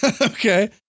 Okay